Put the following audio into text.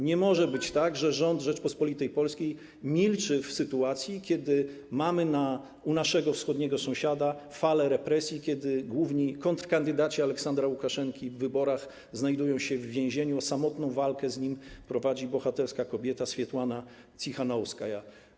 Nie może być tak, że rząd Rzeczypospolitej Polskiej milczy w sytuacji, kiedy mamy u naszego wschodniego sąsiada falę represji, kiedy główni kontrkandydaci Aleksandra Łukaszenki w wyborach znajdują się w więzieniu, a samotną walkę z nim prowadzi bohaterska kobieta Svetlana Tichanovskaja.